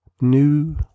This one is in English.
new